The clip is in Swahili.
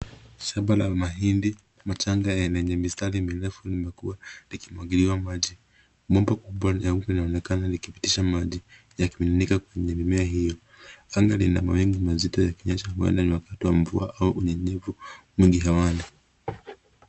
Shamba la mahindi na machanga, lenye mistari mirefu limekuwa, likimwangiliwa maji, bomba kubwa leupe linaonekana likipitisha maji, yakimiminika kwenye mimea hiyo. Anga lina mawingu mazito yakionyesha ni wakati wa mvua, au unyenyevu mwingi awali.